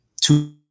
two